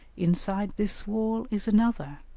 inside this wall is another,